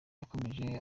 yakomeje